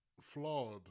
Flawed